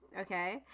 okay